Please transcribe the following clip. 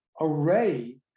array